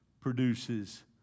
produces